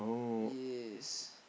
yes